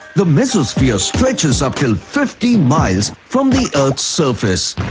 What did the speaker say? the mesosphere streches up till fifty miles from the earth's surface!